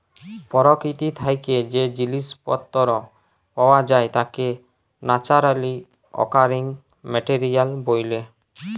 পরকিতি থ্যাকে যে জিলিস পত্তর পাওয়া যায় তাকে ন্যাচারালি অকারিং মেটেরিয়াল ব্যলে